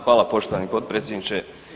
Hvala poštovani potpredsjedniče.